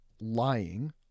lying